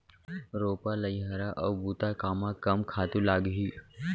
रोपा, लइहरा अऊ बुता कामा कम खातू लागही?